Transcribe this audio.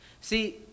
See